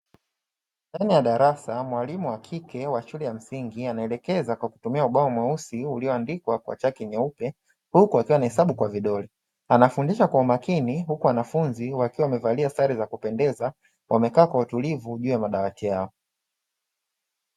Ndani ya darasa mwalimu wa kike wa shule ya msingi, anaelekeza kwa kutumia ubao mweusi ulioandikwa kwa chaki nyeupe, huku akiwa anahesabu kwa vidole. Anafundisha kwa makini huku wanafunzi wakiwa wamevalia sare za kupendeza, wamekaa kwa utulivu juu ya madawati yao.